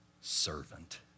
servant